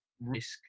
risk